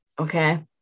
Okay